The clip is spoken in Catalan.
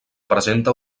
presenta